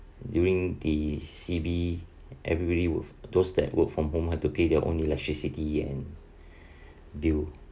during the C_B everybody with those that work from home had to pay their own electricity and bill